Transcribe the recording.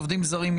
עובדים זרים,